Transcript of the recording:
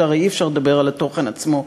שהרי אי-אפשר לדבר על התוכן עצמו,